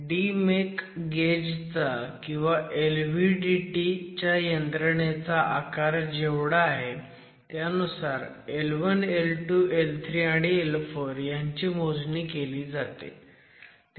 DEMEC gauge चा किंवा LVDT च्या यंत्रणेचा आकार जेवढा आहे त्यानुसार L1 L2 L3 आणि L4 ह्यांची मोजणी केली जाते